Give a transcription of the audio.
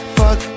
fuck